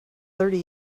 thirty